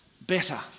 better